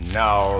now